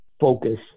focus